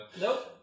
Nope